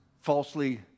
falsely